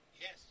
Yes